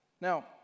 Now